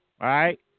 right